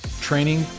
training